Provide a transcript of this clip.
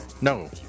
No